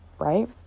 right